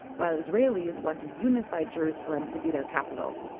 while israelis want a unified jerusalem to be their capital.